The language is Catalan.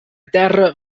terra